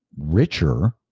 richer